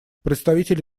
представитель